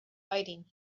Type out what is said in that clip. fighting